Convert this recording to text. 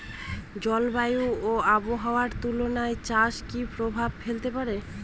জলবায়ু ও আবহাওয়া তুলা চাষে কি প্রভাব ফেলতে পারে?